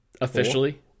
officially